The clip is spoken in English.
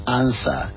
answer